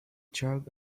thought